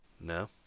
No